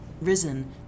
risen